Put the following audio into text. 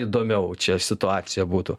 įdomiau čia situacija būtų